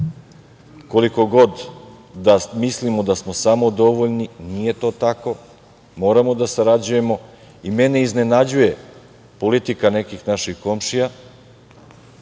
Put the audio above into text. koliko god da mislimo da smo samodovoljni, nije to tako, moramo da sarađujemo. Mene iznenađuje politika nekih naših komšija